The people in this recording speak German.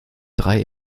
drei